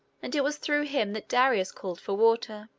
and it was through him that darius called for water.